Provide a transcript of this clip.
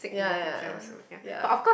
yeah yeah yeah yeah yeah